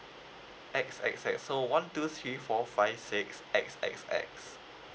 X X X so one two three four five six X X X